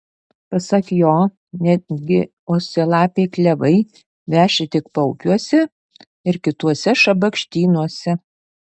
pasak jo netgi uosialapiai klevai veši tik paupiuose ir kituose šabakštynuose